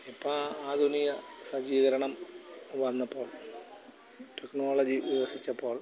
ഇപ്പം ആ ആധുനിക സജ്ജീകരണം വന്നപ്പോൾ ടെക്നോളജി വികസിച്ചപ്പോൾ